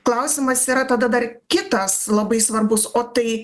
klausimas yra tada dar kitas labai svarbus o tai